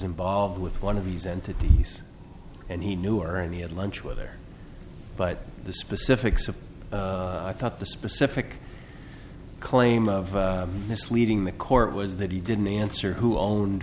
involved with one of these entities and he knew or and he had lunch with there but the specifics of i thought the specific claim of misleading the court was that he didn't answer who own